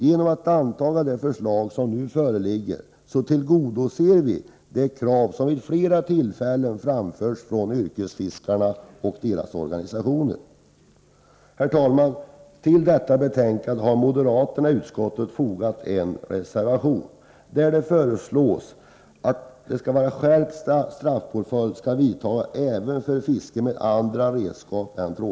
Genom att anta det förslag som nu föreligger tillgodoser vi det krav som vid ett flertal tillfällen har framförts från yrkesfiskarna och deras organisationer. Herr talman! Till detta betänkande har moderaterna i utskottet fogat en reservation, vari föreslås skärpt straffpåföljd även för fiske med andra redskap än trål.